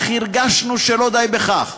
אך הרגשנו שלא די בכך.